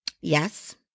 yes